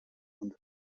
und